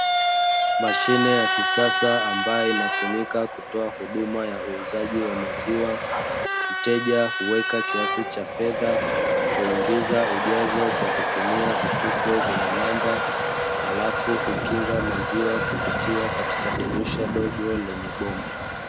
Mashine ya kisasa ambayo inatumika kutoa huduma ya uuzaji wa maziwa, mteja kuweka kiasi cha fedha kuingiza ujazo kwa kutumia vitufe vyenye namba, halafu ukinga maziwa kupitia katika dirisha dogo lenye bomba.